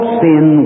sin